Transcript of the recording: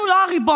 אנחנו לא הריבון.